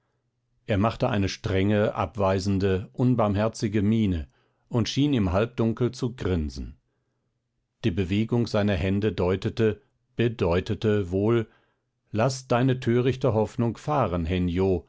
er machte eine strenge abweisende unbarmherzige miene und schien im halbdunkel zu grinsen die bewegung seiner hände deutete bedeutete wohl laß deine törichte hoffnung fahren hen yo